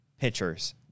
pitchers